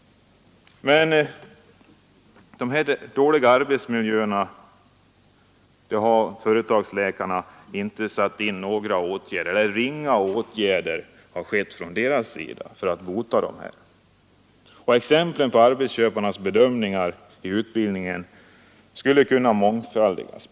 Mot dessa dåliga arbetsmiljöer har företagsläkarna satt in inga eller ringa åtgärder. Exemplen på arbetsköparnas bedömningar i utbildningen skulle kunna mångfaldigas.